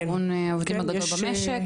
זה ארגון העובדים הגדול במשק.